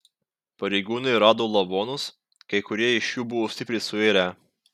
pareigūnai rado lavonus kai kurie iš jų buvo stipriai suirę